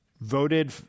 voted